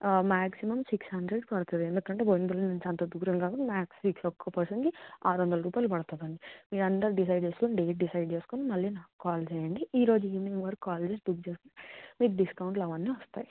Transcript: maximum six hundred పడుతుంది ఎందుకంటే బోయినపల్లి నుంచి అంత దూరం కాబట్టి మ్యాక్స్ సిక్స్ ఒక పర్సన్కి ఆరువందలు రూపాయలు పడుతుంది అండి మీరందరు డిసైడ్ చేసుకొని డేట్ డిసైడ్ చేసుకొని మళ్ళీ నాకు కాల్ చేయండి ఈరోజు ఈవినింగ్ వరకు కాల్ చేసి బుక్ చేస్తే మీకు డిస్కౌంట్లు అవన్నీ వస్తాయి